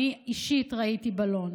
אני אישית ראיתי בלון.